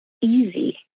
easy